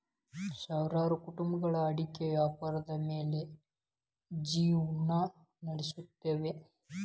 ಸಾವಿರಾರು ಕುಟುಂಬಗಳು ಅಡಿಕೆ ವ್ಯಾಪಾರದ ಮ್ಯಾಲ್ ಜಿವ್ನಾ ನಡಸುತ್ತವೆ